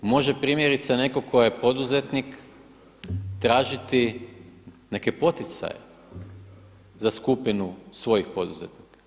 Može primjerice neko tko je poduzetnik tražiti neke poticaje za skupinu svojih poduzetnika.